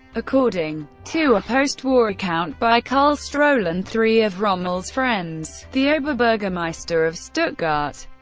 according to a post-war account by karl strolin, three of rommel's friends the oberburgermeister of stuttgart,